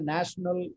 National